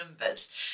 numbers